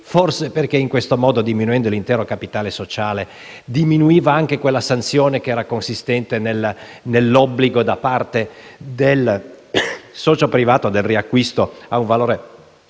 Forse in questo modo, diminuendo l'intero capitale sociale, diminuiva anche la sanzione consistente nell'obbligo da parte del socio privato del riacquisto a un valore